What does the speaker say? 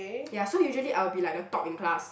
ya so usually I will be like the top in class